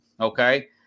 Okay